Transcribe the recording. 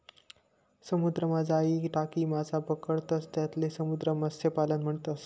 समुद्रमा जाई टाकी मासा पकडतंस त्याले समुद्र मत्स्यपालन म्हणतस